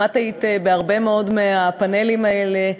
גם את היית בהרבה מאוד מהפאנלים האלה,